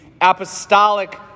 apostolic